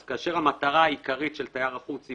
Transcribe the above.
אז כאשר המטרה העיקרית של תייר החוץ היא